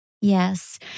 Yes